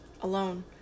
alone